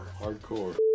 Hardcore